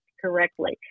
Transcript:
correctly